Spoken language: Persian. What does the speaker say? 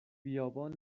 بیابان